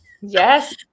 Yes